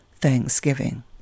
Thanksgiving